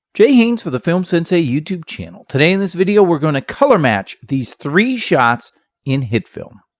jay haynes for the film sensei youtube channel. today in this video, we're going to color match these three shots in hitfilm.